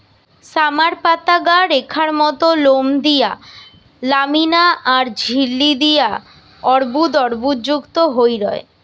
summer পাতাগা রেখার মত লোম দিয়া ল্যামিনা আর ঝিল্লি দিয়া অর্বুদ অর্বুদযুক্ত হই রয়